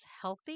healthy